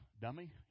Dummy